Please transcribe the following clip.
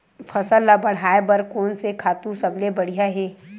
फसल ला बढ़ाए बर कोन से खातु सबले बढ़िया हे?